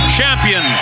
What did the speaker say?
champion